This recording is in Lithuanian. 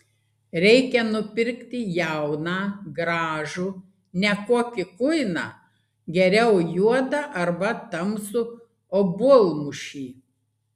reikia nupirkti jauną gražų ne kokį kuiną geriau juodą arba tamsų obuolmušį